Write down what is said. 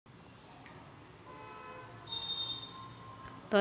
तण व्यवस्थापन हे आपल्या शेतीसाठी खूप महत्वाचे आहे